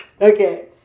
Okay